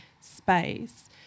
space